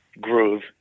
groove